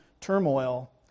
turmoil